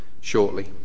shortly